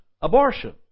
abortion